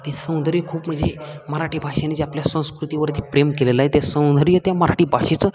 ते सौंदर्य खूप म्हणजे मराठी भाषेने जी आपल्या संस्कृतीवरती प्रेम केलेलं आहे ते सौंदर्य त्या मराठी भाषेचं